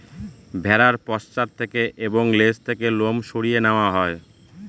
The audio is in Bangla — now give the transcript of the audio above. ভেড়ার পশ্চাৎ থেকে এবং লেজ থেকে লোম সরিয়ে নেওয়া হয়